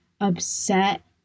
upset